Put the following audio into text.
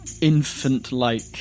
infant-like